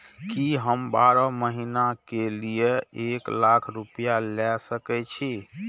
की हम बारह महीना के लिए एक लाख रूपया ले सके छी?